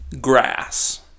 grass